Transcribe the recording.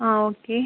ஆ okay